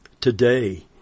today